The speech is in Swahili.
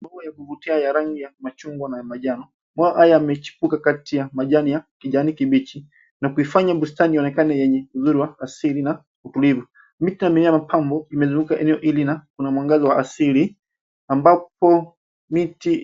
Maua ya kuvutia ya rangi ya machungwa na manjano. Maua haya yamechipuka kati ya majani ya kijani kibichi na kuifanya bustani ionekane yenye uzuri asili na utulivu. Miti na mimea ya mapambo imezunguka eneo hili na kuna mwangaza wa asili ambapo miti